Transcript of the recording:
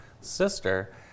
sister